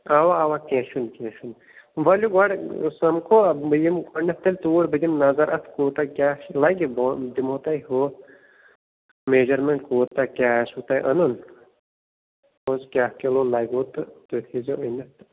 اَوا اَوا کیٚنٛہہ چھُنہٕ کیٚنٛہہ چھُنہٕ ؤلِو گۄڈٕ سَمکھو بہٕ یِمہٕ گۄڈٕنیٚتھ تیٚلہِ توٗر بہٕ دِمہٕ نظر اَتھ کوٗتاہ کیٛاہ چھِ لَگہِ بہٕ دِمہو تۄہہِ ہُہ میجرمیٚنٛٹ کوٗتاہ کیٛاہ آسوٕ تۄہہِ اَنُن کیٛاہ کِلوٗ لَگوٕ تہٕ تُہۍ تھٲیزیٚو أنِتھ تہٕ